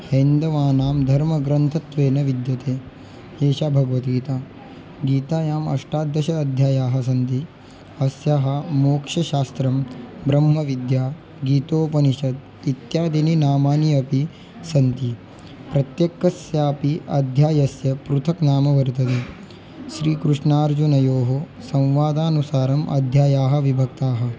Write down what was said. हैन्दवानां धर्मग्रन्थत्वेन विद्यते एषा भगवद्गीता गीतायाम् अष्टादश अध्यायाः सन्ति अस्याः मोक्षशास्त्रं ब्रह्मविद्या गीतोपनिषत् इत्यादीनि नामानि अपि सन्ति प्रत्येकस्यापि अध्यायस्य पृथक् नाम वर्तते श्रीकृष्णार्जुनयोः संवादानुसारम् अध्यायाः विभक्ताः